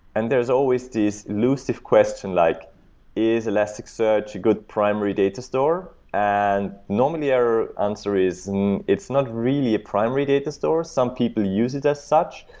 and there's always these elusive question, like is elasticsearch a good primary data store? and normally, our answer is and it's not really a primary data store. some people use it as such,